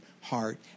heart